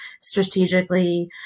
strategically